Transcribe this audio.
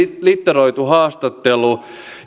litteroitu haastattelu